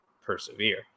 persevere